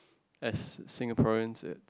as Singaporeans it's